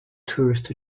tourist